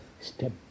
step